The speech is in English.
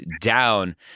down